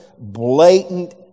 blatant